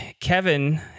Kevin